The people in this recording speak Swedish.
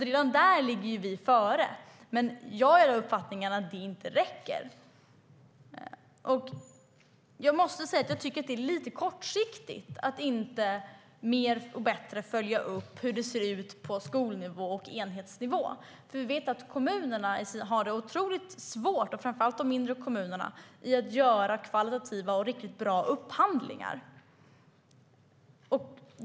Redan där ligger vi före, men jag är av uppfattningen att det inte räcker. Jag måste säga att jag tycker att det är lite kortsiktigt att inte mer och bättre följa upp hur det ser ut på skolnivå och enhetsnivå. Vi vet ju att kommunerna har otroligt svårt att göra kvalitativa och riktigt bra upphandlingar.